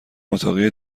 اتاقی